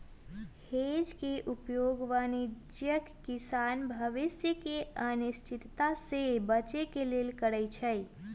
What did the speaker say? hedge के उपयोग वाणिज्यिक किसान भविष्य के अनिश्चितता से बचे के लेल करइ छै